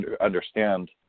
understand